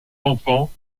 enfants